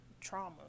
trauma